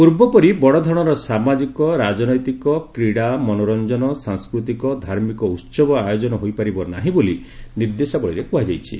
ପୂର୍ବପରି ବଡ଼ ଧରଶର ସାମାଜିକ ରାକନୈତିକ କ୍ରୀଡ଼ା ମନୋରଞ୍ଚନ ସଂସ୍କୃତିକ ଧାର୍ମିକ ଉସବ ଆୟୋଜନ ହୋଇପାରିବ ନାହିଁ ବୋଲି ନିର୍ଦ୍ଦେଶାବଳୀରେ କୁହାଯାଇଛି